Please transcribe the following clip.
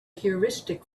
heuristic